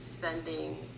sending